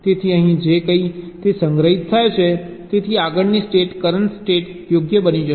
તેથી અહીં જે કંઈ છે તે સંગ્રહિત થાય છે તેથી આગળની સ્ટેટ કરંટ સ્ટેટ યોગ્ય બની જશે